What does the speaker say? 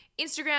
Instagram